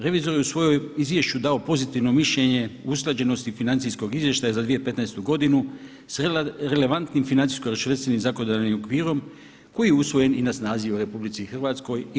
Revizor je u svojoj izvješću dao pozitivno mišljenje usklađenosti financijskog izvještaja za 2015. godinu s relevantnim financijsko-računovodstvenim zakonodavnim okvirom koji je usvojen i na snazi je u RH i EU.